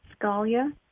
Scalia